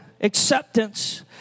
acceptance